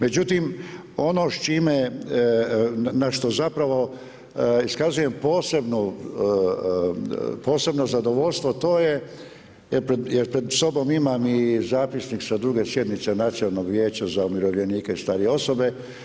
Međutim, ono s čime, na što zapravo iskazujem posebno zadovoljstvo to je, jer pred sobom imam i zapisnik sa druge sjednice Nacionalnog vijeća za umirovljenike i starije osobe.